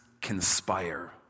conspire